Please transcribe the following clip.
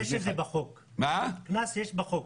יש את זה בחוק, קנס יש בחוק.